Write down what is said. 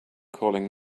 calling